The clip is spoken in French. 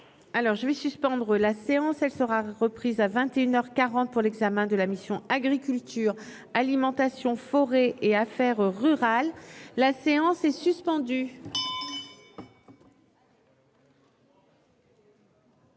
je vais suspendre la séance, elle sera reprise à 21 heures 40 pour l'examen de la mission Agriculture alimentation forêt et affaires rurales, la séance est suspendue.